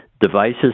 devices